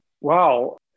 Wow